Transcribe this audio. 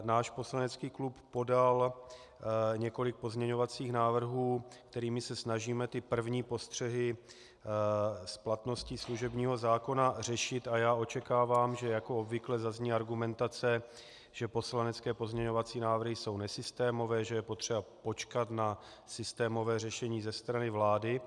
Náš poslanecký klub podal několik pozměňovacích návrhů, kterými se snažíme ty první postřehy s platností služebního zákona řešit, a já očekávám, že jako obvykle zazní argumentace, že poslanecké pozměňovací návrhy jsou nesystémové, že je potřeba počkat na systémové řešení ze strany vlády.